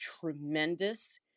tremendous